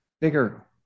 bigger